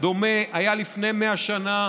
דומה הייתה לפני 100 שנה,